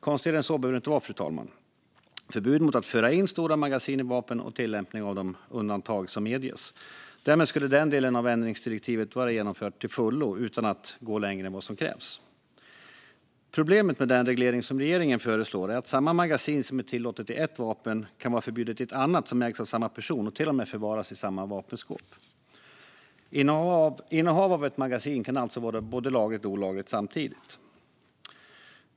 Konstigare än så här behöver det inte vara, fru talman: Förbud mot att föra in stora magasin i vapen och tillämpning av de undantag som medges. Därmed skulle den delen av ändringsdirektivet vara genomfört till fullo utan att man går längre än vad som krävs. Problemet med den reglering som regeringen föreslår är att samma magasin som är tillåtet i ett vapen kan vara förbjudet i ett annat som ägs av samma person och till och med förvaras i samma vapenskåp. Innehav av ett magasin kan alltså vara både lagligt och olagligt samtidigt.